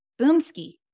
Boomski